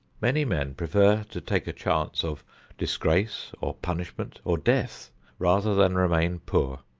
many men prefer to take a chance of disgrace or punishment or death rather than remain poor.